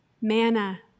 manna